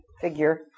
figure